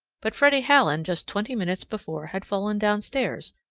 but freddy howland just twenty minutes before had fallen downstairs,